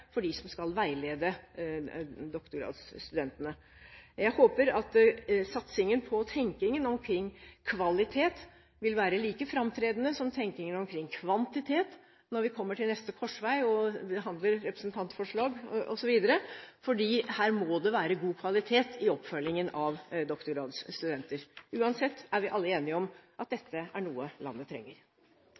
for dem som skal veilede doktorgradsstudentene. Jeg håper at satsingen på tenkningen omkring kvalitet vil være like framtredende som tenkningen omkring kvantitet når vi kommer til neste korsvei og behandler representantforslag osv., for her må det være god kvalitet i oppfølgingen av doktorgradsstudenter. Uansett er vi alle enige om at dette er noe landet trenger.